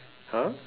!huh!